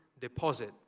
deposit